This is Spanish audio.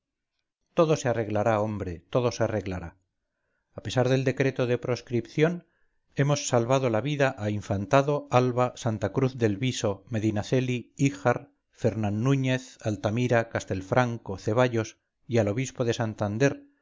todo se arreglará hombre todo se arreglará a pesar del decreto de proscripción hemos salvado la vida a infantado alba santa cruz del viso medinaceli híjar fernán núñez altamira castel franco cevallos y al obispo de santander